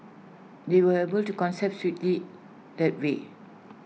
they were able to concept swiftly that way